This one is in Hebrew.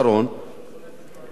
לגבי היישובים שנמצאים,